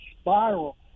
spiral